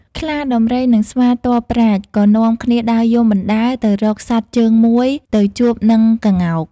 ខ្លា ដំរី និងស្វា ទាល់ប្រាជ្ញ ក៏នាំគ្នាដើរយំបណ្ដើរទៅរកសត្វជើងមួយទៅជួបនឹងក្ងោក។